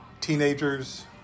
teenagers